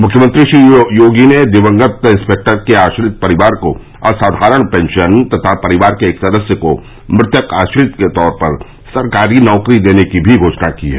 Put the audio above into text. मुख्यमंत्री श्री योगी ने दिवंगत इंस्पेक्टर के आश्रित परिवार को असाधारण पेंशन तथा परिवार के एक सदस्य को मृतक आश्रित के तौर पर सरकारी नौकरी देने की भी घोषणी की है